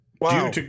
wow